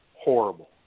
Horrible